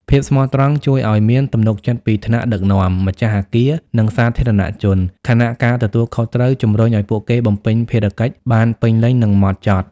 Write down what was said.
ភាពស្មោះត្រង់ ជួយឲ្យមានទំនុកចិត្តពីថ្នាក់ដឹកនាំ ម្ចាស់អគារ និងសាធារណជន ខណៈការទទួលខុសត្រូវ ជំរុញឲ្យពួកគេបំពេញភារកិច្ចបានពេញលេញ និងម៉ត់ចត់។